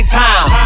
time